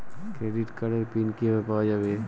Credit কার্ডের PIN কিভাবে পাওয়া যাবে?